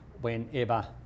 whenever